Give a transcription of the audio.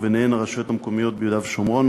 ובהן הרשויות המקומיות ביהודה ושומרון,